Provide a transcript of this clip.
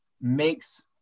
makes